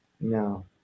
No